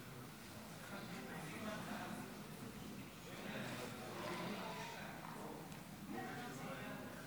חברי כנסת, היום 51